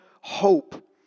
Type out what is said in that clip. hope